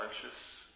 conscious